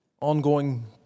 ongoing